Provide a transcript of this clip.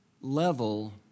level